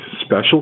special